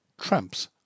Tramps